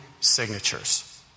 signatures